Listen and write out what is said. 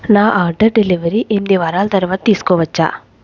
నా order delivery ఎనిమిది వారాలు తరువాత తీసుకోవచ్చా